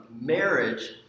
marriage